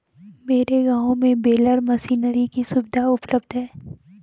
मेरे गांव में बेलर मशीनरी की सुविधा उपलब्ध है